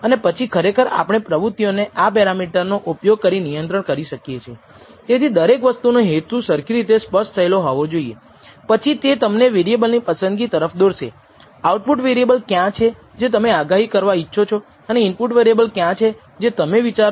આમાં Sxxને ડેટામાંથી ગણતરી કરી શકાય છે σ ઓફ xi2 ને ડેટામાંથી ગણતરી કરી શકાય છે પરંતુ આપણને એરર વેરિએન્સ વિશે જ્ઞાન હોઇ શકે છે અથવા હોઈ શકે નહીં જે ઉપકરણ કે જે આશ્રિત વેરિયેબલ ને માપવા માટે વપરાય છે પર આધારિત આશ્રિત ચલને બગાડે છે